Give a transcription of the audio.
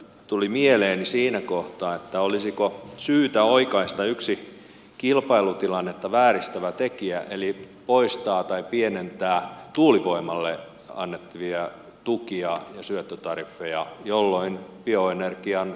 tuli mieleeni siinä kohtaa olisiko syytä oikaista yksi kilpailutilannetta vääristävä tekijä eli poistaa tai pienentää tuulivoimalle annettavia tukia ja syöttötariffeja jolloin bioenergian poltto tulisi kannattavammaksi